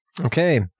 Okay